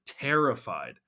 terrified